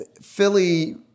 Philly